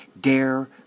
dare